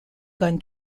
gun